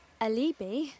Alibi